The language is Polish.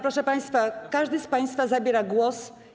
Proszę państwa, każdy z państwa zabiera głos.